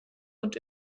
und